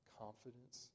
confidence